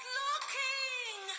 looking